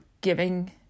giving